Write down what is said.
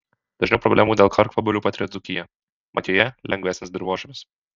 dažniau problemų dėl karkvabalių patiria dzūkija mat joje lengvesnis dirvožemis